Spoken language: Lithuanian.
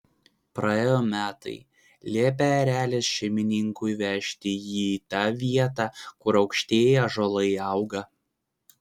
praėjo metai liepė erelis šeimininkui vežti jį į tą vietą kur aukštieji ąžuolai auga